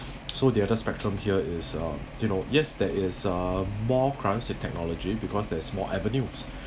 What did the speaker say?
so the other spectrum here is um you know yes that is uh more crimes with technology because there's more avenues